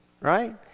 Right